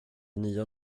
nya